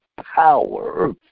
power